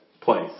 place